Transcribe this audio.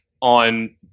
on